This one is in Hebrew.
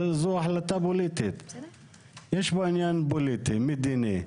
זו החלטה פוליטית, יש פה עניין פוליטי, מדיני,